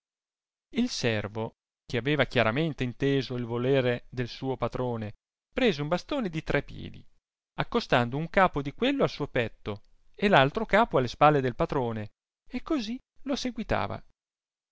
il servo che aveva chiaramente inteso il voler del suo patrone prese un bastone di tre piedi accostando un capo di quello al suo petto e l'altro capo alle spalle del patrone e cosi lo seguitava